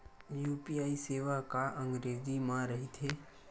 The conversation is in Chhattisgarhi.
यू.पी.आई सेवा का अंग्रेजी मा रहीथे?